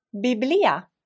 Biblia